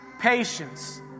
patience